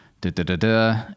da-da-da-da